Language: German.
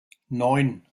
neun